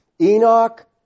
Enoch